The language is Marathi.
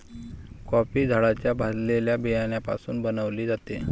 कॉफी झाडाच्या भाजलेल्या बियाण्यापासून बनविली जाते